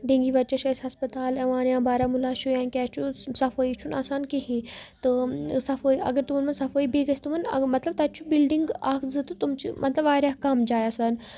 dengue بچہ چھُ اَسہِ ہَسپَتال یوان یا بارہملہ چھُ یا کیاہ چھُ صَفٲی چھُنہ آسان کِہیٖنۍ تہٕ صفٲی اگر تِمن منٛز صفٲی بیٚیہِ گَژھہِ تِمن مطلب تَتہِ چھُ بِلڑِنگ اکھ زٕ تہٕ تِم چھُ مطلب واریاہ کَم جاے آسان